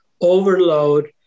overload